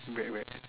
bread bread